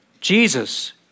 Jesus